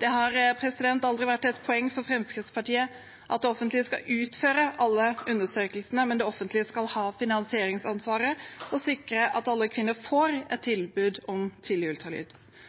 Det har aldri vært et poeng for Fremskrittspartiet at det offentlige skal utføre alle undersøkelsene, men det offentlige skal ha finansieringsansvaret og sikre at alle kvinner får et tilbud om tidlig